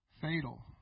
Fatal